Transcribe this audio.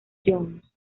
jones